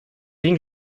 den